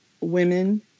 women